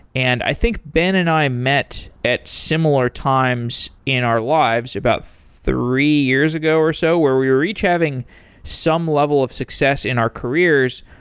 and i think ben and i met at similar times in our lives, about three years ago or so, where we were each having some level of success in our careers,